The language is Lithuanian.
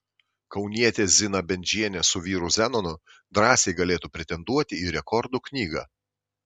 kaunietė zina bendžienė su vyru zenonu drąsiai galėtų pretenduoti į rekordų knygą